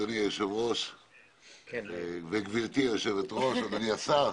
אדוני היושב-ראש וגברתי הי ושבת-ראש, אדוני השר,